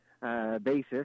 basis